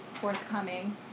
forthcoming